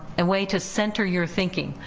a way to center your thinking.